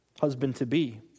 husband-to-be